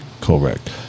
Correct